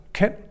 kan